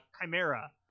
chimera